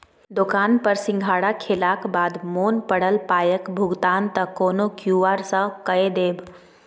दोकान पर सिंघाड़ा खेलाक बाद मोन पड़ल पायक भुगतान त कोनो क्यु.आर सँ कए देब